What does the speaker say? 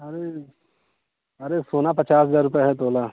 अरे अरे सोना पचास हजार रुपये है तोला